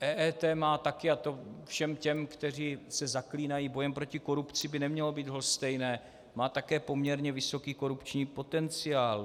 EET má taky a to všem těm, kteří se zaklínají bojem korupci, by nemělo být lhostejné má také poměrně vysoký korupční potenciál.